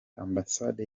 ambasade